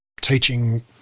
teaching